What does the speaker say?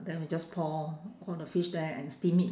then we just pour on the fish there and steam it